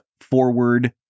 forward